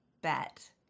bet